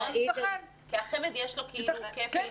שיש לו כפל השתייכות.